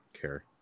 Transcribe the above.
care